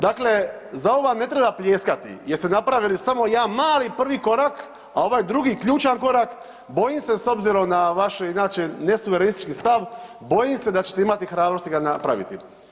Dakle, za ovo vam ne treba pljeskati jer ste napravili samo jedan mali prvi korak, a ovaj drugi ključan korak, bojim se s obzirom na vaše inače nesuverenistički stav, bojim se da ćete imati hrabrosti ga napraviti.